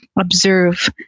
observe